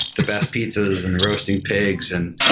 the best pizzas, and the roasting pigs. and